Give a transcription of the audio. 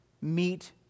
meet